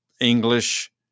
English